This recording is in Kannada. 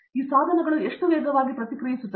ಈ ಸಾಧನಗಳು ಎಷ್ಟು ವೇಗವಾಗಿ ಪ್ರತಿಕ್ರಿಯಿಸುತ್ತವೆ